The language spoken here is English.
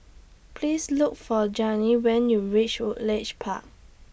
Please Look For Janine when YOU REACH Woodleigh Park